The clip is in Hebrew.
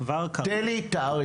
כבר כרגע --- תן לי תאריך.